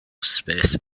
space